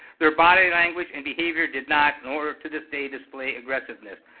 their body language and behavior did not, nor to this day, display aggressiveness.